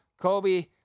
Kobe